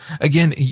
again